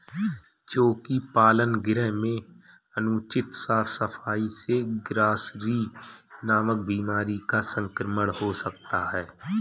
चोकी पालन गृह में अनुचित साफ सफाई से ग्रॉसरी नामक बीमारी का संक्रमण हो सकता है